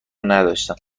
نداشتم